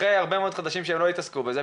אחרי הרבה חודשים שלא התעסקו בזה,